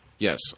Yes